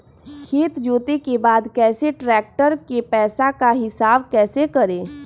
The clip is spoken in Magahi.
खेत जोते के बाद कैसे ट्रैक्टर के पैसा का हिसाब कैसे करें?